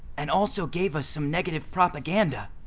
and also gave us some negative propaganda.